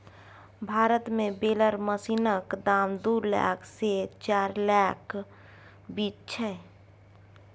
भारत मे बेलर मशीनक दाम दु लाख सँ चारि लाखक बीच छै